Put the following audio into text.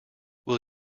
will